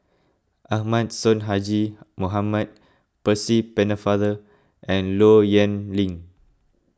Ahmad Sonhadji Mohamad Percy Pennefather and Low Yen Ling